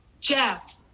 Jeff